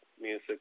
music